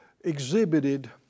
exhibited